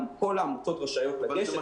כל העמותות רשאיות לגשת,